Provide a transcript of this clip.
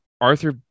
Arthur